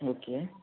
okay